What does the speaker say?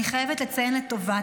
אני חייבת לציין לטובה,